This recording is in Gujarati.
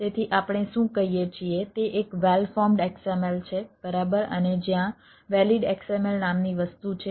તેથી આપણે શું કહીએ છીએ તે એક વેલ ફોર્મ્ડ XML છે બરાબર અને જ્યાં વેલિડ છે